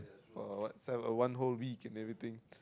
oh so a one whole week can everything